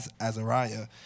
Azariah